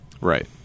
Right